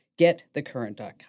getthecurrent.com